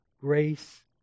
Grace